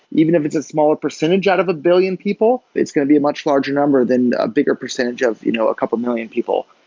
even if it's a smaller percentage out of a billion people, it's going to be a much larger number than a bigger percentage of you know a couple million people.